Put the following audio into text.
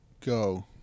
go